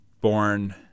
born